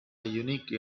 unique